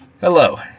Hello